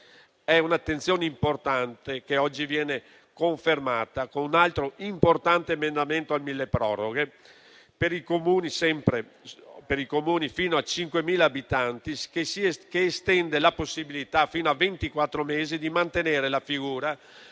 È un'attenzione importante che oggi viene confermata con un altro importante emendamento al milleproroghe per i Comuni fino a 5.000 abitanti, che estende la possibilità fino a ventiquattro mesi di mantenere la figura